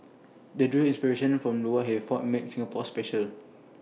they drew inspiration from he for made Singapore special